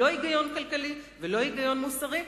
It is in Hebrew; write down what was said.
כך שאין כאן לא היגיון כלכלי ולא היגיון מוסרי,